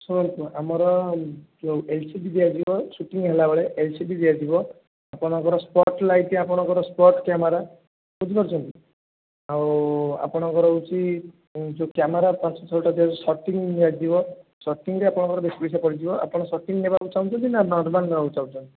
ଶୁଣନ୍ତୁ ଆମର ଯେଉଁ ଏଲ୍ ସି ଡି ଦିଆଯିବ ସୁଟିଂ ହେଲାବେଳେ ଏଲ୍ ସି ଡି ଦିଆଯିବ ଆପଣଙ୍କର ସ୍ପଟ୍ ଲାଇଟ୍ ଆପଣଙ୍କର ସ୍ପଟ୍ କ୍ୟାମେରା ବୁଝିପାରୁଛନ୍ତି ଆଉ ଆପଣଙ୍କର ହେଉଛି ଯେଉଁ କ୍ୟାମେରା ପାଞ୍ଚ ଛଅଟା ଦିଆହେଉଛି ସଟିଂ ନିଆଯିବ ସଟିଂରେ ଆପଣଙ୍କର ବେଶୀ ପଇସା ପଡ଼ିଯିବ ଆପଣ ସଟିଂ ନେବାକୁ ଚାହୁଁଛନ୍ତି ନା ନର୍ମାଲ୍ ନେବାକୁ ଚାହୁଁଛନ୍ତି